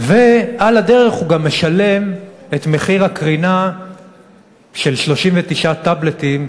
ועל הדרך הוא גם משלם את מחיר הקרינה של 39 טאבלטים,